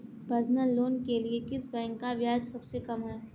Personal loan के लिए किस बैंक का ब्याज सबसे कम है?